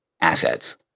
assets